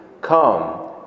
Come